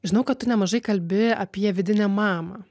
žinau kad tu nemažai kalbi apie vidinę mamą